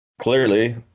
clearly